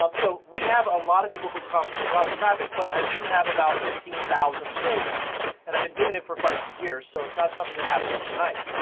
um so we have a lot of people who come and there's a lot of traffic but i do have about fifteen thousand pins and i've doing it for quite a few years so it's not something that happened overnight.